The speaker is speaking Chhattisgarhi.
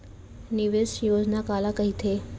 निवेश योजना काला कहिथे?